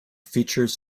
features